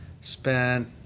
spent